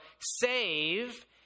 save